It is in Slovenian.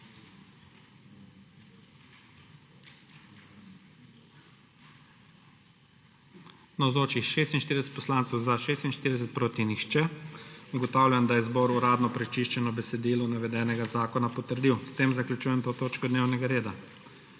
(Za je glasovalo 46.) (Proti nihče.) Ugotavljam, da je zbor uradno prečiščeno besedilo navedenega zakona potrdil. S tem zaključujem to točko dnevnega reda.